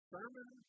Sermon